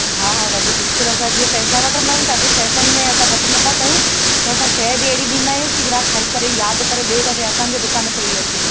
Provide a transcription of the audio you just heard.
हा हा दादी बिल्कुलु असां जीअं पौसा वठंदा आहियूं तव्हांखे पैसनि में असां घटि नथा कयूं त असां शइ बि अहिड़ी ॾींदा आहियूं की ग्राहक खाई करे यादि करे ॿिए दफ़े असांजे दुकान ते ई अचे